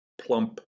plump